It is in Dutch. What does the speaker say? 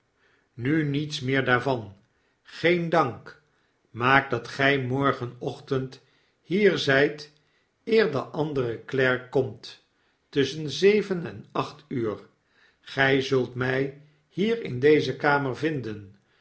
nu niets meer daarvan geen dankl maak dat gy morgenochtend hier zyt eer de andere klerk komt tusschen zeven en acht uur gy zult my hier in deze kamer vinden